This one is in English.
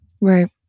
Right